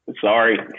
Sorry